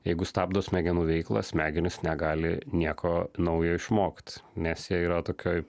jeigu stabdo smegenų veiklą smegenys negali nieko naujo išmokt nes jie yra tokioj